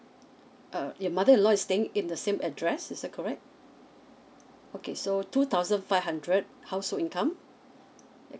uh your mother in law is staying in the same address is that correct okay so two thousand five hundred household income